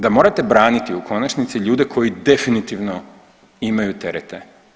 Da morate braniti, u konačnici, ljude koji definitivno imaju terete?